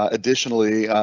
ah additionally,